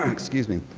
um excuse me,